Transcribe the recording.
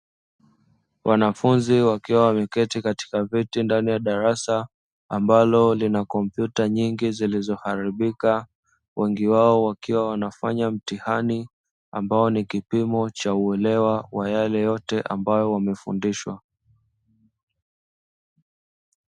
Wanafunzi wakiwa wameketi katika viti ndani ya darasa, ambalo lina kompyuta nyingi zilizoharibika, wengi wao wakiwa wanafanya mtihani, ambao ni kipimo cha uelewa wa yale yote ambayo wamefundishwa.